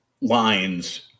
lines